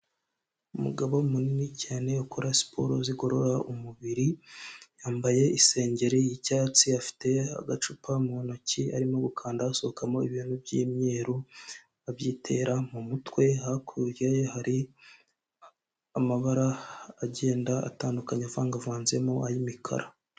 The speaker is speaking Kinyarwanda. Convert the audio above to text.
Umugabo munini cyane ukora siporo zigorora umubiri yambaye isengeri y'icyatsi, afite agacupa mu ntoki arimo gukanda hasohokamo ibintu by'imyeru abyitera mu mutwe hakurya ye hari amabara agenda atandukanye avangavanzemo ay'imikara.